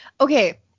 Okay